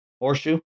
horseshoe